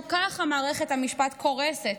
גם ככה מערכת המשפט קורסת,